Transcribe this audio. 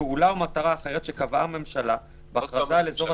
תשכחו מהתיירות רגע.